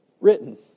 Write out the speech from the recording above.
written